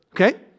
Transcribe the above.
Okay